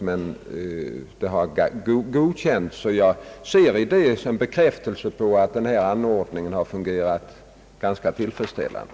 Men förslagen har godkänts, och däri ser jag en bekräftelse på att denna inrättning fungerat ganska tillfredsställande.